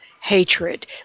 hatred